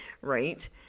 right